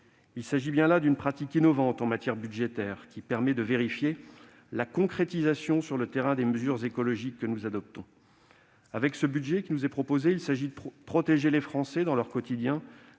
Il s'agit d'une pratique innovante en matière budgétaire, qui permet de vérifier la concrétisation sur le terrain des mesures écologiques que nous adoptons. Avec ce budget, il s'agit de protéger les Français dans leur quotidien,